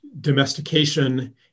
domestication